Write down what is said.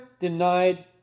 denied